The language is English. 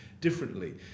differently